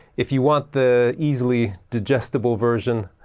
if you want the easily digestible version,